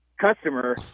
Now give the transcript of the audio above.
customer